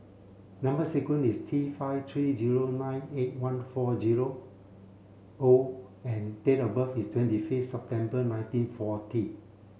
number sequence is T five three zero nine eight one four zero O and date of birth is twenty fifth September nineteen forty